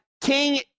king